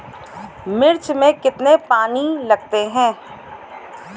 मिर्च में कितने पानी लगते हैं?